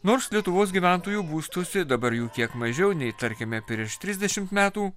nors lietuvos gyventojų būstuose dabar jų kiek mažiau nei tarkime prieš trisdešim metų